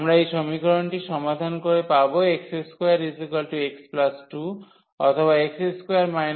আমরা এই সমীকরণটি সমাধান করে পাব x2 x2 অথবা x2 x 20